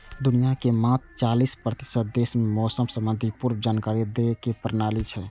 दुनिया के मात्र चालीस प्रतिशत देश मे मौसम संबंधी पूर्व जानकारी दै के प्रणाली छै